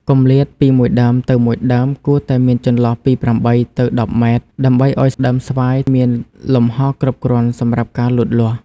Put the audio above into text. គម្លាតពីមួយដើមទៅមួយដើមគួរតែមានចន្លោះពី ៨ ទៅ ១០ ម៉ែត្រ ដើម្បីឲ្យដើមស្វាយមានលំហគ្រប់គ្រាន់សម្រាប់ការលូតលាស់។